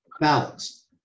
balance